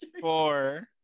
four